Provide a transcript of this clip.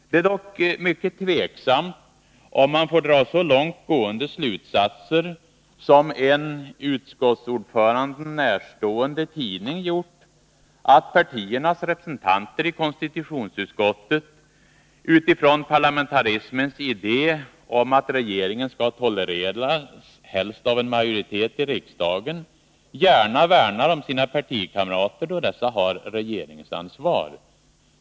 Det är dock mycket tveksamt om man får dra så långtgående slutsatser som en utskottsordföranden närstående tidning gjort, att partiernas representanter i konstitutionsutskottet, utifrån parlamentarismens idé om att regeringen skall tolereras, helst av en majoritet i riksdagen, gärna värnar om sina partikamrater då dessa har regeringsansvar.